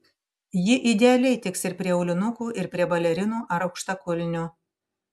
ji idealiai tiks ir prie aulinukų ir prie balerinų ar aukštakulnių